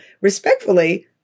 respectfully